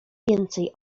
więcej